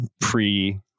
pre